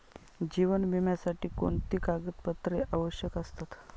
जीवन विम्यासाठी कोणती कागदपत्रे आवश्यक असतात?